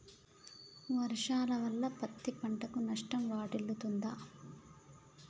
వర్షాలు పడటం వల్ల పత్తి పంటకు నష్టం వాటిల్లుతదా?